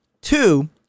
Two